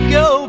go